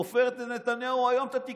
תופרת לנתניהו היום את התיקים.